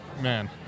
Man